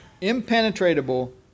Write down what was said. impenetrable